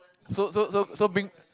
so so so so bring